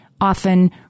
often